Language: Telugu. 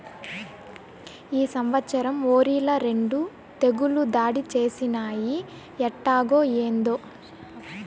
ఈ సంవత్సరం ఒరిల రెండు తెగుళ్ళు దాడి చేసినయ్యి ఎట్టాగో, ఏందో